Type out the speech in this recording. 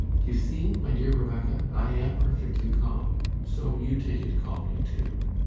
you see, my dear rebecca, i am perfectly calm so you take it calmly, too.